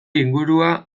ingurua